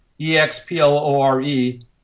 E-X-P-L-O-R-E